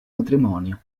matrimonio